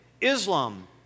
Islam